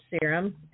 Serum